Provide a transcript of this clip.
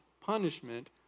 punishment